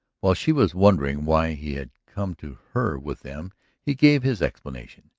while she was wondering why he had come to her with them he gave his explanation,